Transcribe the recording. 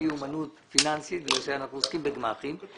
מיומנות פיננסית כי אנחנו עוסקים בגמ"חים.